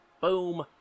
boom